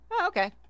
Okay